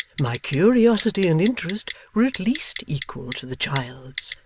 my curiosity and interest were at least equal to the child's,